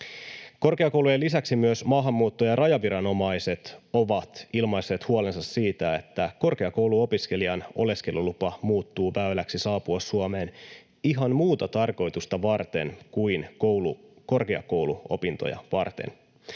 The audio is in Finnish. Korkeakoulujen lisäksi myös maahanmuutto- ja rajaviranomaiset ovat ilmaisseet huolensa siitä, että korkeakouluopiskelijan oleskelulupa muuttuu väyläksi saapua Suomeen ihan muuta tarkoitusta varten kuin korkeakouluopintoja varten,